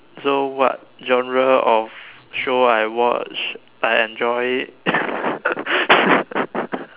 so what genre of show I watch I enjoy it